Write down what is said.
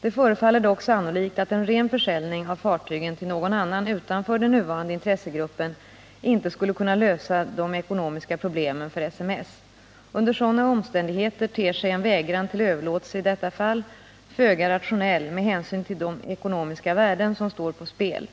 Det förefaller dock sannolikt att en ”ren” försäljning av fartygen till någon annan utanför den nuvarande intressegruppen inte skulle kunna lösa de ekonomiska problemen för SMS. Under sådana omständigheter ter sig en vägran till överlåtelse i detta fall föga rationell med hänsyn till de ekonomiska värden som här står på spel.”